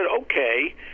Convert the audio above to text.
okay